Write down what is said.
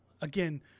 again